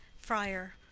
friar.